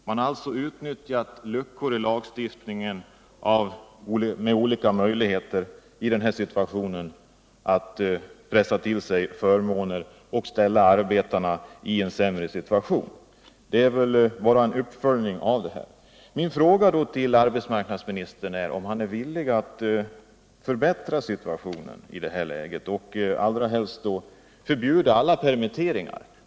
Man har alltså i det här läget utnyttjat luckor i lagstiftningen för att på olika sätt pressa till sig förmåner och försätta arbetarna i en sämre situation. Min fråga till arbetsmarknadsministern var om han är villig att förbättra situationen, helst genom att förbjuda alla permitteringar.